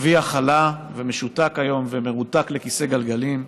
אביה חלה ומשותק היום ומרותק לכיסא גלגלים.